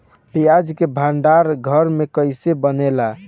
प्याज के भंडार घर कईसे बनेला?